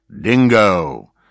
dingo